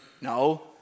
No